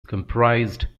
comprised